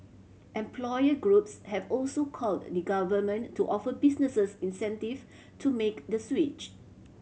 employer groups have also called the Government to offer businesses incentive to make the switch